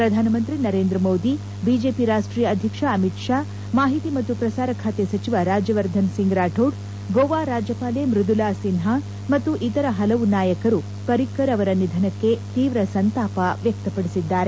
ಪ್ರಧಾನಮಂತ್ರಿ ನರೇಂದ್ರ ಮೋದಿ ಬಿಜೆಪಿ ರಾಷ್ಷೀಯ ಅಧ್ಯಕ್ಷ ಅಮಿತ್ ಶಾ ಮಾಹಿತಿ ಮತ್ತು ಪ್ರಸಾರ ಖಾತೆ ಸಚಿವ ರಾಜ್ಯವರ್ಧನ್ ಸಿಂಗ್ ರಾಥೋರ್ ಗೋವಾ ರಾಜ್ಯಪಾಲೆ ಮೃದುಲಾ ಸಿನ್ವಾ ಮತ್ತು ಇತರ ಪಲವು ನಾಯಕರು ಪರಿಕ್ಕರ್ ನಿಧನಕ್ಕೆ ತೀವ್ರ ಸಂತಾಪ ವ್ಯಕ್ತಪಡಿಸಿದ್ದಾರೆ